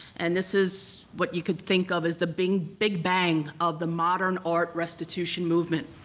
and this is what you could think of as the big big bang of the modern art restitution movement.